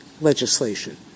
legislation